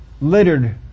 Littered